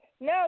No